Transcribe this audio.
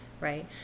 right